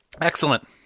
Excellent